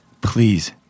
please